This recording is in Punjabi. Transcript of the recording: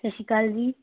ਸਤਿ ਸ਼੍ਰੀ ਅਕਾਲ ਜੀ